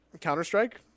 Counter-Strike